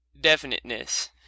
definiteness